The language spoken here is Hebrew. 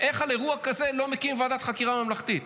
איך על אירוע כזה לא מקימים ועדת חקירה ממלכתית?